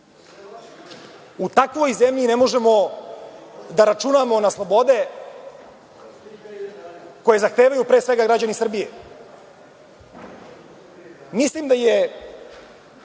U takvoj zemlji ne možemo da računamo na slobode koje zahtevaju pre svega građani Srbije. Mislim da je